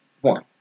One